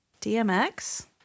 DMX